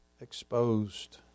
exposed